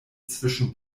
zwischen